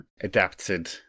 adapted